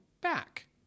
back